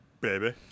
baby